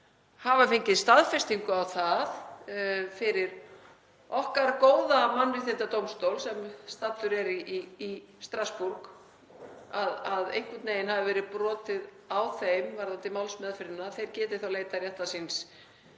hafa fengið staðfestingu á því fyrir okkar góða mannréttindadómstól sem staddur er í Strassborg að einhvern veginn hafi verið brotið á þeim varðandi málsmeðferðina — geti þá leitað réttar síns